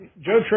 Joe